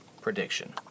prediction